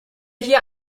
hier